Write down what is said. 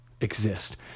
exist